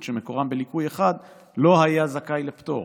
שמקורם בליקוי אחד לא היה זכאי לפטור.